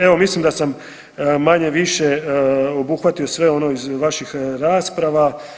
Evo, mislim da sa sam manje-više obuhvatio sve ono iz vaših rasprava.